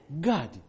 God